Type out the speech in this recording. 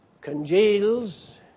congeals